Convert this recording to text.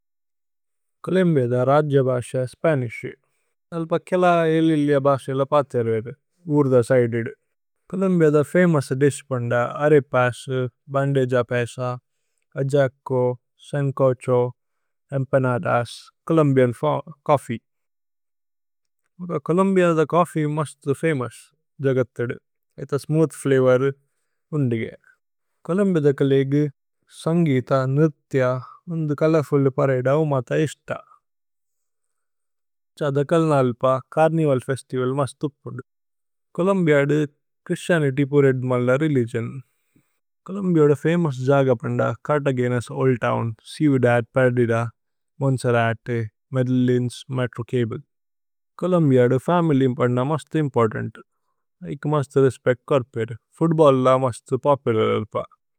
Colombia ദ രാജ്യബശേ Spanish. അല്പ കേല ഏലില്ലിഅ ബശേലേ പതി അരു വേരു, ഊര്ദ സിദേദു। കോലുമ്ബിഅ ദ ഫമോഉസ് ദിശ് പോന്ദ arepas, bandeja paisa, ajiaco, sancocho, empanadas, Colombian form, coffee. Colombia ദ ചോഫ്ഫീ മസ്തു ഫമോഉസ് ജഗത്ഥേദു। ഏത സ്മൂഥ് ഫ്ലവോര് ഉന്ദുഗേ। കോലുമ്ബിഅ ദ കലേഗു സന്ഗിത, ന്രിത്യ, ഉന്ദു ചോലോര്ഫുല് പരേഇദൌ മത ഇശ്ത। ഛ്ഹഥകല് നല്പ, ചര്നിവല് ഫേസ്തിവല് മസ്തു പോദു। കോലുമ്ബിഅ ദ ഛ്രിസ്തിഅനിത്യ് പോരേദ് മല്ല രേലിഗിഓന്। കോലുമ്ബിഅ ദ ഫമോഉസ് ജഗ പോന്ദ, Cartagena's old town, Ciudad, Perdida, Monserrate, Medellin's metro cable. Colombia ദ ഫമില്യ്മ് പോന്ദ മസ്തു ഇമ്പോര്തന്ത്। ഏക് മസ്തു രേസ്പേച്ത് കര്പേരു, ഫൂത്ബല്ല് ല മസ്തു പോപുലര് അല്പ।